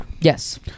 Yes